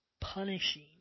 punishing